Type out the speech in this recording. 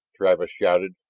travis shouted.